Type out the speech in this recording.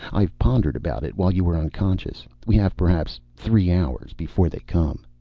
i've pondered about it while you were unconscious. we have perhaps three hours before they come.